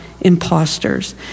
imposters